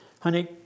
Honey